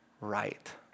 right